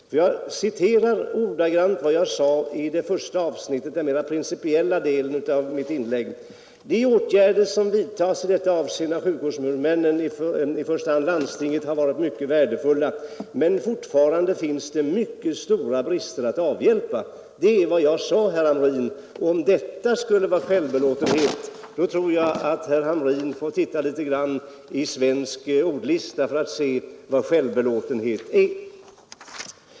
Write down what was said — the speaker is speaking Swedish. Jag skall nu upprepa ordagrant vad jag sade i det första avsnittet, den mera principiella delen av mitt inlägg: ”De åtgärder som vidtas i detta avseende av sjukvårdshuvudmännen, i första hand landstingen, har varit mycket värdefulla, men fortfarande finns det mycket stora brister att avhjälpa.” Det är vad jag sade, herr Hamrin. Om detta skulle vara självbelåtenhet, tror jag att herr Hamrin får titta litet i svensk ordlista för att se vad självbelåtenhet är.